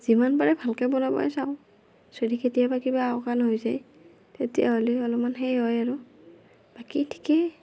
যিমান পাৰে ভালকৈ বনাবই চাওঁ যদি কেতিয়াবা কিবা আওকাণ হৈ যায় তেতিয়াহ'লে অলপমান সেই হয় আৰু বাকী ঠিকেই